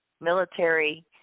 military